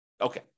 Okay